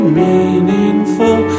meaningful